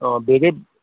آ بیٚیہِ گٔے